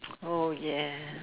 oh ya